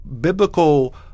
biblical